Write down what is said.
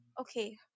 Okay